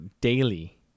daily